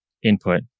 input